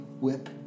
Whip